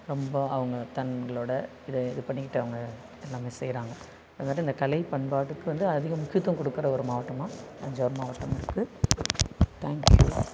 ரொம்ப அவங்க தங்களோட இதை இது பண்ணிக்கிட்டாங்க எல்லாமே செய்கிறாங்க அதே மாதிரி அந்த கலை பண்பாட்டுக்கு வந்து அதிக முக்கியத்துவம் கொடுக்குற ஒரு மாவட்டமாக தஞ்சாவூர் மாவட்டம் இருக்குது தேங்க்யூ